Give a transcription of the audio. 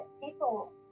people